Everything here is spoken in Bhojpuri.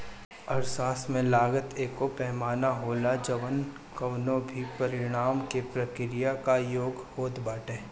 अर्थशास्त्र में लागत एगो पैमाना होला जवन कवनो भी परिणाम के प्रक्रिया कअ योग होत बाटे